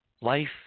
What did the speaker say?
Life